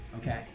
okay